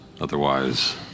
otherwise